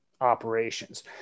operations